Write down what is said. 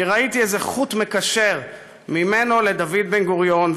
כי ראיתי איזה חוט מקשר ממנו לדוד בן-גוריון.